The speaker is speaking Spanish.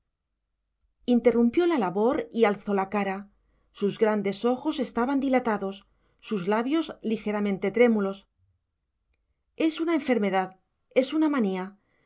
interrumpió la labor y alzó la cara sus grandes ojos estaban dilatados sus labios ligeramente trémulos es una enfermedad es una manía